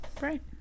right